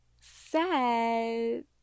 set